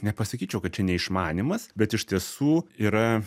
nepasakyčiau kad čia neišmanymas bet iš tiesų yra